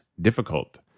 difficult